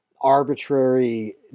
arbitrary